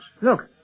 Look